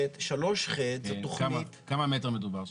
בכמה מטר מדובר שם?